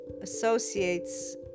associates